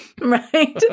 Right